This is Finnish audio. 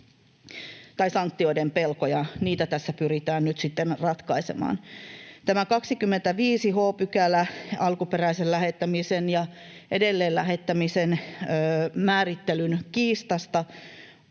tai sanktioiden pelkoja. Niitä tässä pyritään nyt sitten ratkaisemaan. Tämä 25 h § alkuperäisen lähettämisen ja edelleenlähettämisen määrittelyn kiistasta